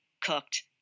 cooked